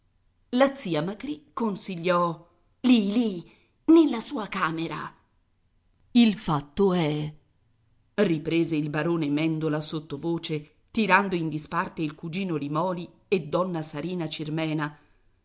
la zia macrì consigliò lì lì nella sua camera il fatto è riprese il barone mèndola sottovoce tirando in disparte il cugino limòli e donna sarina cirmena